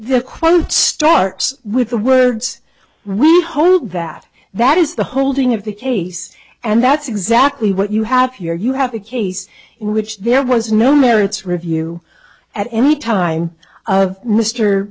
the quote starts with the words we hope that that is the holding of the case and that's exactly what you have here you have a case in which there was no merits review at any time of mr